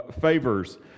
favors